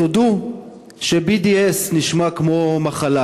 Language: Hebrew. תודו ש-BDS נשמע כמו מחלה.